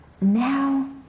Now